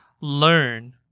learn